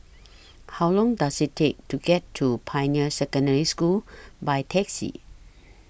How Long Does IT Take to get to Pioneer Secondary School By Taxi